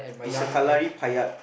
it's a Kalaripayattu